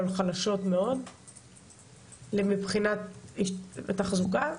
אבל חלשות מאוד מבחינת מימון התחזוקה?